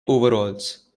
overalls